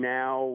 now